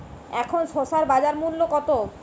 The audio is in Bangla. এখন শসার বাজার মূল্য কত?